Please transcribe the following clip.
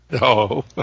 No